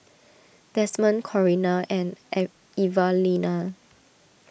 Desmond Corrina and An Evalena